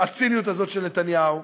הציניות הזאת של נתניהו,